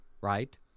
right